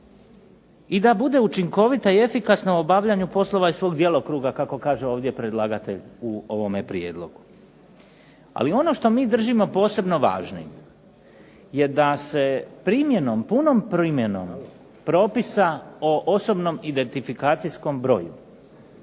i da bude učinkovita i efikasna u obavljanju poslova iz svog djelokruga, kako kaže ovdje predlagatelj u ovome prijedlogu. Ali ono što mi držimo posebno važnim je da se punom primjenom propisa o osobnom identifikacijskom broju